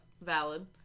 Valid